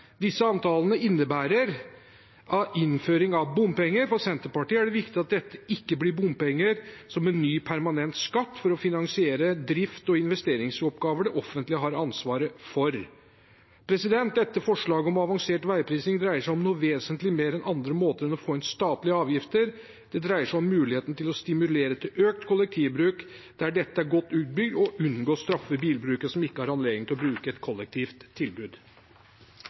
Disse avtalene innebærer innføring av bompenger. For Senterpartiet er det viktig at dette ikke blir bompenger som en ny permanent skatt for å finansiere drift og investeringsoppgaver det offentlige har ansvaret for. Dette forslaget om avansert veiprising dreier seg om noe vesentlig mer enn andre måter å få inn statlige avgifter på. Det dreier seg om muligheten til å stimulere til økt kollektivbruk der dette er godt utbygd, og å unngå å straffe bilbrukere som ikke har anledning til å bruke et kollektivt tilbud.